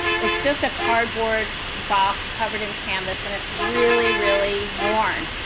it's just a cardboard box covered in canvas. and it's really, really worn,